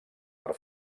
per